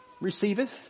receiveth